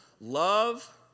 Love